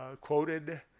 quoted